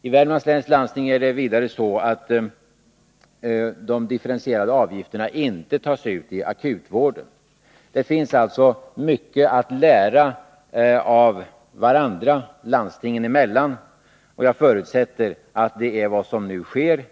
I Värmlands läns landsting tas vidare de differentierade avgifterna inte ut i akutvård. Det finns alltså mycket som landstingen kan lära av varandra, och jag förutsätter att det är vad som nu sker.